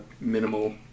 minimal